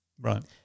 Right